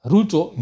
Ruto